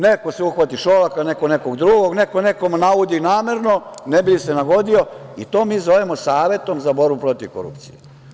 Neko se uhvati Šolaka, neko nekog drugog, neko nekog navodi namerno ne bi li se nagodio i to mi zovemo Savetom za borbu protiv korupcije.